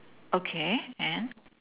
okay and